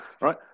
Right